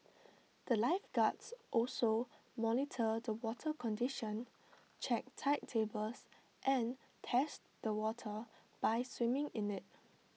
the lifeguards also monitor the water condition check tide tables and test the water by swimming in IT